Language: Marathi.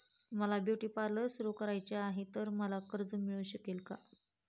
मला ब्युटी पार्लर सुरू करायचे आहे तर मला कर्ज मिळू शकेल का?